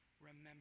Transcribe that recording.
remember